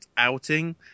Outing